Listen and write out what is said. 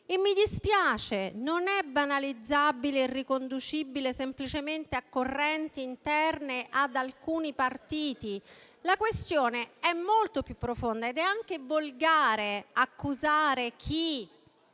Mi dispiace, non è banalizzabile e riconducibile semplicemente a correnti interne ad alcuni partiti: la questione è molto più profonda. Ed è anche volgare accusare di